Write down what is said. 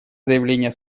заявление